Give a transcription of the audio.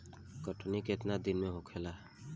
कटनी केतना दिन में होखेला?